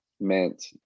meant